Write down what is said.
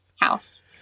house